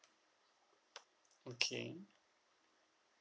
okay